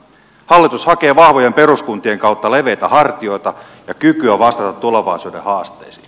hallitus hakee vahvojen peruskuntien kautta leveitä hartioita ja kykyä vastata tulevaisuuden haasteisiin